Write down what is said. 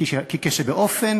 כי כשבאופן